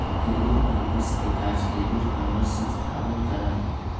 credit परामर्श के कार्य क्रेडिट परामर्श संस्थावह करा हई